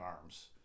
arms